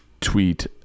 tweet